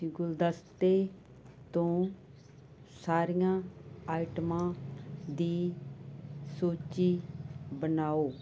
ਗੁਲਦਸਤੇ ਤੋਂ ਸਾਰੀਆਂ ਆਈਟਮਾਂ ਦੀ ਸੂਚੀ ਬਣਾਓ